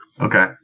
Okay